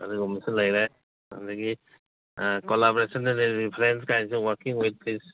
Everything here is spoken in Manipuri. ꯑꯗꯨꯒꯨꯝꯕꯁꯨ ꯂꯩꯔꯦ ꯑꯗꯒꯤ collaboration and the reference kinds of working with please